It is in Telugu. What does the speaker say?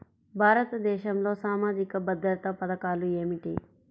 భారతదేశంలో సామాజిక భద్రతా పథకాలు ఏమిటీ?